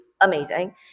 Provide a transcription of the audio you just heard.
amazing